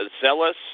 zealous